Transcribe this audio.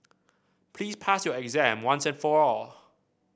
please pass your exam once and for all